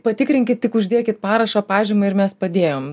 patikrinkit tik uždėkit parašo pažymą ir mes padėjom